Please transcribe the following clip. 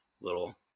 little